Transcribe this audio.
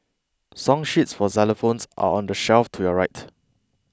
song sheets for xylophones are on the shelf to your right